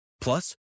Plus